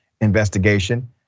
investigation